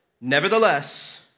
Nevertheless